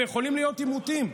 ויכולים להיות עימותים,